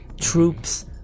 troops